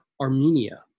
Armenia